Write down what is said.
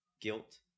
guilt